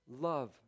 love